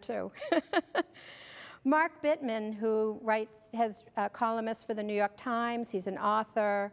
to mark bittman who right has columnist for the new york times he's an author